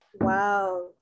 wow